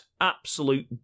Absolute